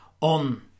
on